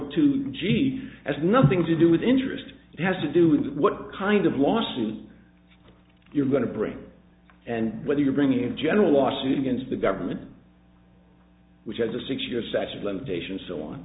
two g has nothing to do with interest it has to do with what kind of lawsuit you're going to bring and whether you're bringing in general lawsuit against the government which has a six year sets of limitations so on